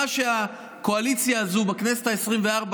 מה שהקואליציה הזאת בכנסת העשרים-וארבע